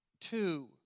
two